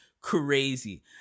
crazy